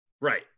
right